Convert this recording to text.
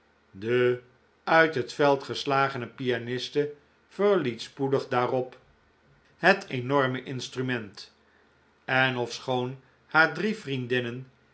de uit het veld geslagene pianiste verliet spoedig daarop het enorme instrument en ofschoon haar drie vriendinnen